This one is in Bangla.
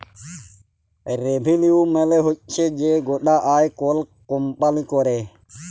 রেভিলিউ মালে হচ্যে যে গটা আয় কল কম্পালি ক্যরে